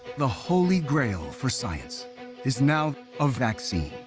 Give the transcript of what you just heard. the holy grail for science is now a vaccine.